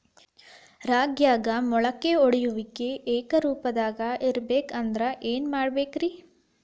ರಾಗ್ಯಾಗ ಮೊಳಕೆ ಒಡೆಯುವಿಕೆ ಏಕರೂಪದಾಗ ಇರಬೇಕ ಅಂದ್ರ ಏನು ಮಾಡಬೇಕ್ರಿ?